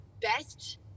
best